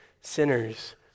sinners